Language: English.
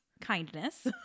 kindness